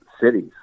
cities